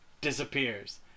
disappears